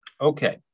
Okay